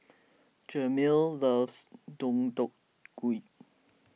Jameel loves Deodeok Gui